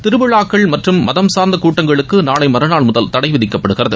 திருவிழாக்கள் மற்றும் மதம் சார்ந்த கூட்டங்களுக்கு நாளை மறுநாள் முதல் தடை விதிக்கப்படுகிறது